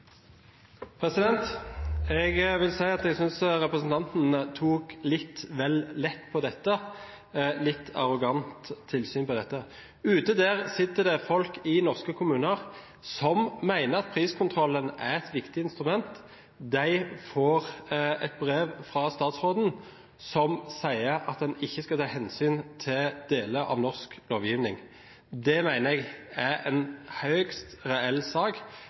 litt arrogant syn. Det sitter folk i norske kommuner som mener at priskontrollen er et viktig instrument. De får et brev fra statsråden, som sier at en ikke skal ta hensyn til deler av norsk lovgivning. Det mener jeg er en høyst reell sak,